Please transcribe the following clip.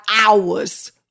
hours